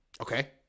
Okay